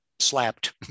slapped